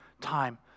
time